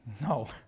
No